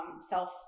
self